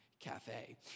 Cafe